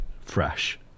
fresh